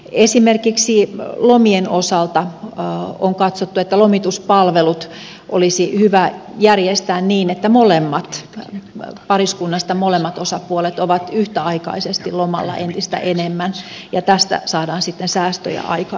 esimerkiksi lomien osalta on katsottu että lomituspalvelut olisi hyvä järjestää niin että pariskunnasta molemmat osapuolet ovat yhtäaikaisesti lomalla entistä enemmän ja tästä saadaan sitten säästöjä aikaiseksi